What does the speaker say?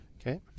Okay